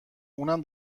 اونم